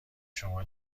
شما